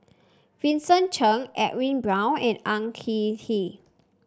Vincent Cheng Edwin Brown and Ang Kin Kee